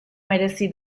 merezi